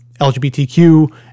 LGBTQ